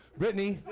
brittany,